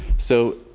so,